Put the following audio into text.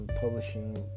publishing